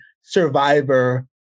survivor